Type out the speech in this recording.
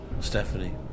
Stephanie